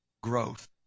growth